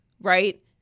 right